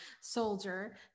soldier